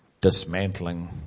dismantling